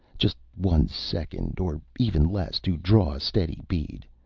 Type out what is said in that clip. just one second, or even less, to draw a steady bead.